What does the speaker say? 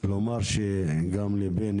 לומר גם לבני,